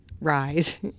rise